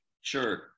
Sure